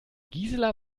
gisela